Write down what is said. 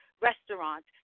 restaurant